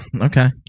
Okay